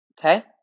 Okay